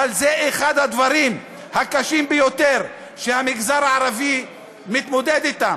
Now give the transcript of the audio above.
אבל זה אחד הדברים הקשים ביותר שהמגזר הערבי מתמודד אתם,